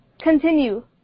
Continue